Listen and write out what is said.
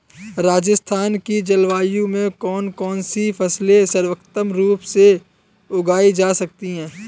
राजस्थान की जलवायु में कौन कौनसी फसलें सर्वोत्तम रूप से उगाई जा सकती हैं?